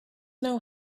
know